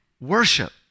worship